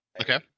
okay